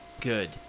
good